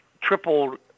tripled